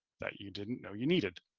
that you didn't know you needed.